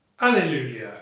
Alleluia